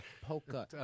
Polka